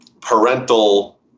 parental